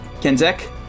Kenzek